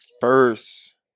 first